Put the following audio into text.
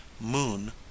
moon